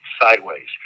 sideways